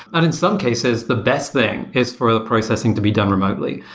and in some cases, the best thing is for the processing to be done remotely.